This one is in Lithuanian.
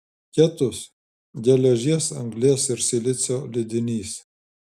ketus geležies anglies ir silicio lydinys